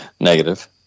Negative